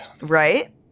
Right